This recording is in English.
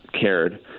cared